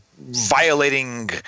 violating